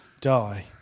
die